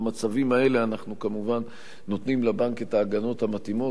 במצבים האלה אנחנו כמובן נותנים לבנק את ההגנות המתאימות,